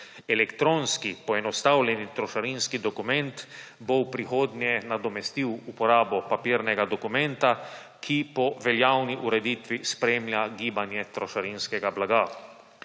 Elektronski poenostavljeni trošarinski dokument bo v prihodnje nadomestil uporabo papirnega dokumenta, ki po veljavni ureditvi spremlja gibanje trošarinskega blaga.